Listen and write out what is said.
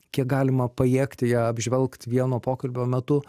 kiek galima pajėgti ją apžvelgt vieno pokalbio metu